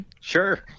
Sure